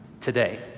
today